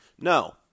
No